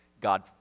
God